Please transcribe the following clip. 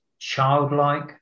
childlike